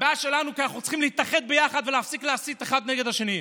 הבעיה שלנו היא שאנחנו צריכים להתאחד ביחד ולהפסיק להסית אחד נגד השני.